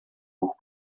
ruch